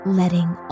letting